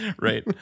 Right